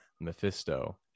Mephisto